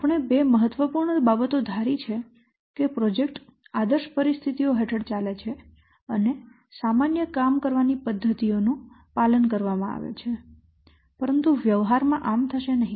આપણે બે મહત્વપૂર્ણ બાબતો ધારી છે કે પ્રોજેક્ટ આદર્શ પરિસ્થિતિઓ હેઠળ ચાલે છે અને સામાન્ય કામ કરવાની પદ્ધતિઓ નું પાલન કરવામાં આવે છે પરંતુ વ્યવહારમાં આમ થશે નહીં